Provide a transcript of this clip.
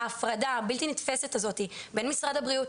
ההפרדה הבלתי נתפסת הזאת בין משרד הבריאות